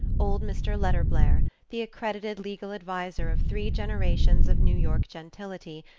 old mr. letterblair, the accredited legal adviser of three generations of new york gentility,